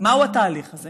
התהליך הזה